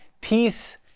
peace